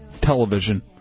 television